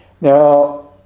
Now